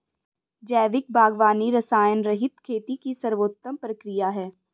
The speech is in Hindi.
जैविक बागवानी रसायनरहित खेती की सर्वोत्तम प्रक्रिया है